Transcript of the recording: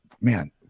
man